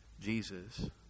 Jesus